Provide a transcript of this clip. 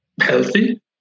healthy